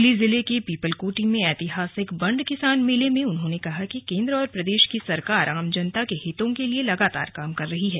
चमोली जिले के पीपलकोटि में ऐतिहासिक बंड किसान मेले में उन्होंने कहा कि केंद्र और प्रदेश की सरकार आम जनता के हितों के लिए लगातार काम कर रही है